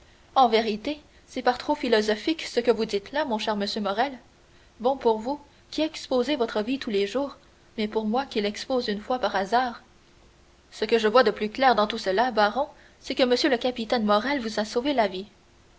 en vérité c'est par trop philosophique ce que vous dites là mon cher monsieur morrel bon pour vous qui exposez votre vie tous les jours mais pour moi qui l'expose une fois par hasard ce que je vois de plus clair dans tout cela baron c'est que m le capitaine morrel vous a sauvé la vie